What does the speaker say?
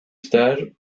stage